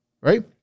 right